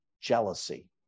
jealousy